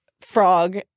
frog